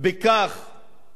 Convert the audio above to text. שאנחנו נועדנו,